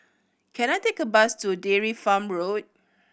can I take a bus to Dairy Farm Road